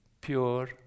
pure